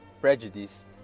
prejudice